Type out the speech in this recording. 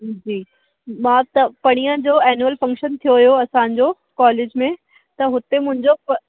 जी मां त परींह जो एन्यूल फंक्शन थियो हुयो असांजो कॉलेज में त हुते मुंहिंजो पर्स